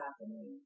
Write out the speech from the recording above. happening